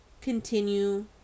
continue